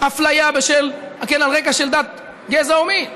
אפליה על רקע של דת, גזע או מין.